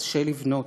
קשה לבנות.